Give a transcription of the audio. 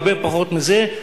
הרבה פחות מזה,